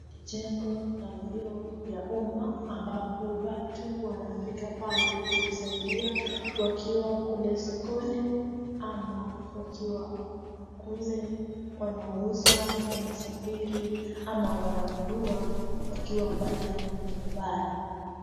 Ni jengo la vyoo vya umma ambapo watu wanafika pale kujisaidia wakiwa kule sokoni. Ama wakiwa kule wanauza, wanasafiri ama wananunua wakiwa mbali na nyumbani.